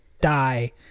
die